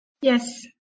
Yes